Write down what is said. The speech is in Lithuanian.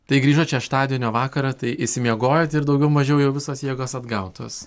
tai grįžot šeštadienio vakarą tai išsimiegojot ir daugiau mažiau jau visos jėgos atgautos